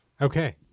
Okay